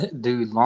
Dude